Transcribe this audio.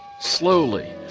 slowly